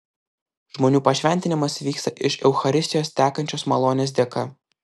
žmonių pašventinimas vyksta iš eucharistijos tekančios malonės dėka